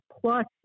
plus